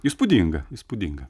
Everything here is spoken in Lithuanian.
įspūdinga įspūdinga